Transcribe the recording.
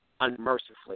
unmercifully